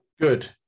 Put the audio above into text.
good